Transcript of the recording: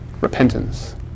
Repentance